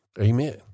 Amen